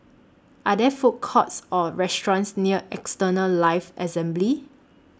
Are There Food Courts Or restaurants near Eternal Life Assembly